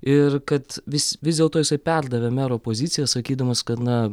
ir kad vis vis dėl to jisai perdavė mero poziciją sakydamas kad na